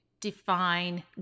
define